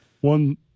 One